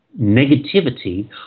negativity